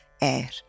air